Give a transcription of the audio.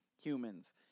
humans